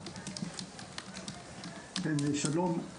שלום.